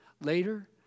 later